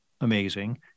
amazing